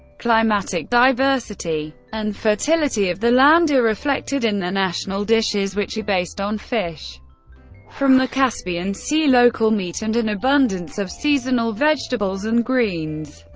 climatic diversity and fertility of the land are reflected in the national dishes, which are based on fish from the caspian sea, local meat, and an abundance of seasonal vegetables and greens.